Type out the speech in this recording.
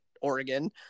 Oregon